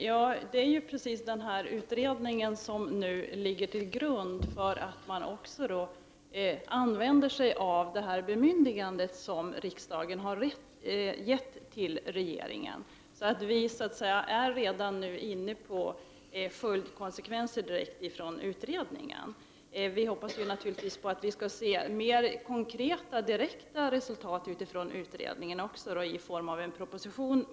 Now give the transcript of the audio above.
Herr talman! Det är just den utredningen som nu ligger till grund för att man använder sig av det bemyndigande som riksdagen har givit regeringen. Utredningen har så att säga redan nu fått konsekvenser. Vi hoppas naturligtvis att vi vad det lider skall få se mer konkreta resultat av utredningen i form av en proposition.